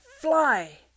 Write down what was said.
Fly